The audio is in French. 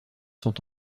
sont